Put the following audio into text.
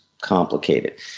complicated